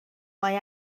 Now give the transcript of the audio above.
mae